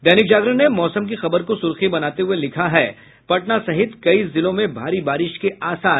दैनिक जागरण ने मौसम की खबर को सुर्खी बनाते हुए लिखा है पटना सहित कई जिलों में भारी बारिश के आसार